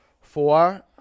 four